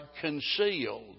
concealed